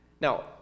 Now